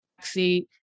seat